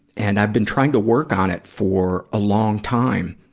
and i've been trying to work on it for a long time,